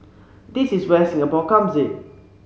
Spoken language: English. this is where Singapore comes in